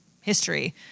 history